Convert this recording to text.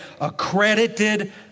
accredited